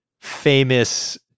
famous